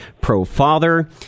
pro-father